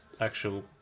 actual